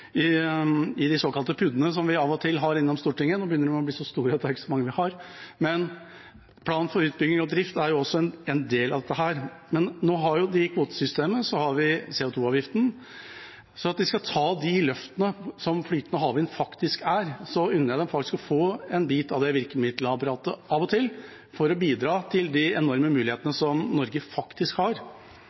i de såkalte PUD-ene, som vi av og til har innom Stortinget. Nå begynner de å bli så store at vi ikke har så mange, men plan for utbygging og drift er også en del av dette. Vi har kvotesystemet, og så har vi CO2-avgiften. Skal vi ta de løftene som flytende havvind faktisk er, unner jeg dem å få en bit av virkemiddelapparatet av og til for å bidra til de enorme mulighetene som Norge faktisk har